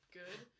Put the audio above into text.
good